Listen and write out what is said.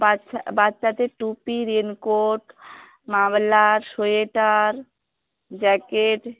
বাচ্চা বাচ্চাদের টুপি রেনকোট মাফলার সোয়েটার জ্যাকেট